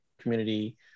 community